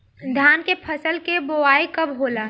धान के फ़सल के बोआई कब होला?